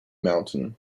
mountain